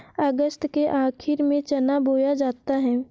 अगस्त के आखिर में चना बोया जाता है